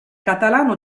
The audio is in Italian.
catalano